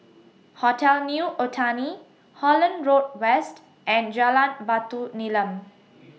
Hotel New Otani Holland Road West and Jalan Batu Nilam